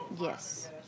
Yes